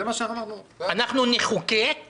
אנחנו נחוקק,